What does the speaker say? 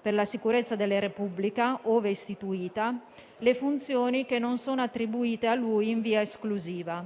per la sicurezza della Repubblica, ove istituita, le funzioni che non sono attribuite a lui in via esclusiva.